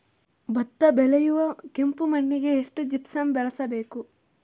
ಭತ್ತ ಬೆಳೆಯುವ ಕೆಂಪು ಮಣ್ಣಿಗೆ ಎಷ್ಟು ಜಿಪ್ಸಮ್ ಬಳಸಬೇಕು?